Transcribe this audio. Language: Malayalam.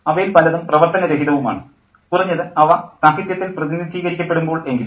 അവയിൽ പലതും പ്രവർത്തനരഹിതവുമാണ് കുറഞ്ഞത് അവ സാഹിത്യത്തിൽ പ്രതിനിധീകരിക്കപ്പെടുമ്പോൾ എങ്കിലും